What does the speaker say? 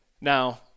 Now